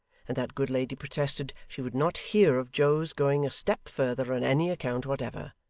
and that good lady protested she would not hear of joe's going a step further on any account whatever.